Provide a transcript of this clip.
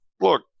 look